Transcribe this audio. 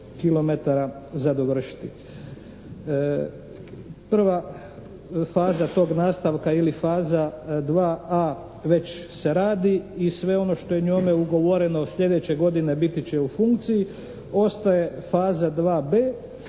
za dovršiti. Prva faza tog nastavka ili faza 2A već se radi i sve ono što je njome ugovoreno sljedeće godine biti će u funkciji. Ostaje faza 2B